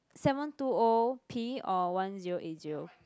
seven two O P or one zero eight zero